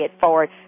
forward